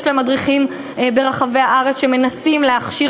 יש להם מדריכים ברחבי הארץ שמנסים להכשיר